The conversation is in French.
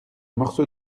morceau